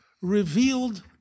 revealed